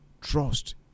Trust